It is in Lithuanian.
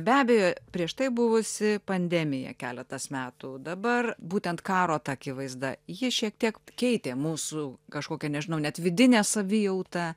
be abejo prieš tai buvusi pandemija keletas metų dabar būtent karo ta akivaizda ji šiek tiek keitė mūsų kažkokią nežinau net vidinę savijautą